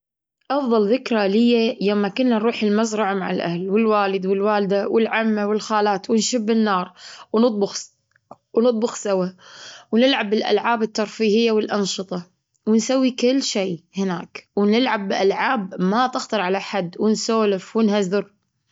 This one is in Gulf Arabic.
أفضل ذكرى لي هي يوم ما كنا نروح المزرعة مع الأهل، والوالد، والوالدة، والعمة، والخالات. ونشب النار، ونطبخ ونطبخ سوا، ونلعب بالألعاب الترفيهية والأنشطة، ونسوي كل شيء هناك. ونلعب بألعاب ما تخطر على بال أحد، ونسولف ونهزر.